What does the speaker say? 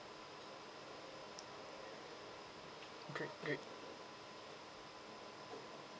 great great